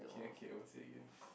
K okay won't say again